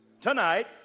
tonight